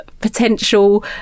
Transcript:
potential